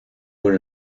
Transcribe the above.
con